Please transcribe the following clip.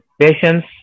patience